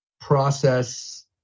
process